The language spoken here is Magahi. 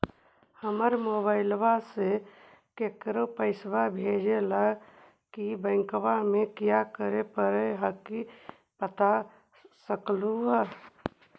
हमरा मोबाइलवा से केकरो पैसा भेजे ला की बैंकवा में क्या करे परो हकाई बता सकलुहा?